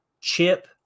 chip